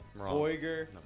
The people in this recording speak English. Boiger